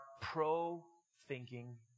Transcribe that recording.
pro-thinking